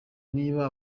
niba